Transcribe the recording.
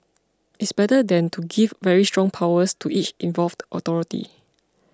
it's better than to give very strong powers to each involved authority